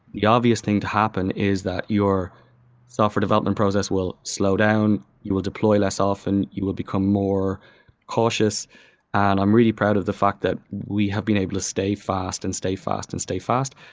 the obvious thing to happen is that your software development process will slowdown, you will deploy less often, you will become more cautious and i'm really proud of the fact that we have been able to stay fast and stay fast and stay fast,